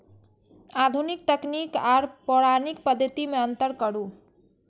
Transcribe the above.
आधुनिक तकनीक आर पौराणिक पद्धति में अंतर करू?